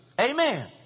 Amen